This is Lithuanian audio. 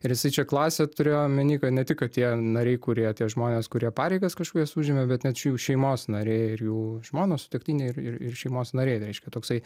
ir jisai čia klasė turėjo omeny kad ne tik kad tie nariai kurie tie žmonės kurie pareigas kažkokias užėmė bet net šių šeimos nariai ir jų žmonos sutuoktiniai ir ir šeimos nariai reiškia toksai